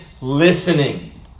listening